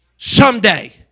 Someday